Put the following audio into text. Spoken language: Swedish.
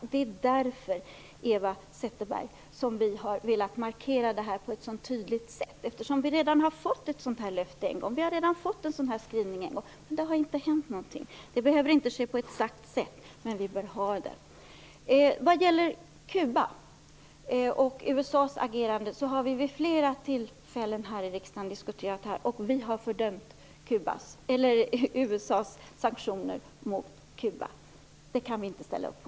Det är för att vi redan har fått ett sådant här löfte en gång, Eva Zetterberg, som vi har velat markera detta på ett så tydligt sätt. Vi har redan fått en sådan här skrivning en gång. Men det har inte hänt någonting. Det behöver inte ske på ett exakt sätt, men vi bör ha denna redogörelse. Kuba och USA:s agerande har vi vid flera tillfällen diskuterat här i riksdagen. Vi har fördömt USA:s sanktioner mot Kuba. Dem kan vi inte ställa upp på.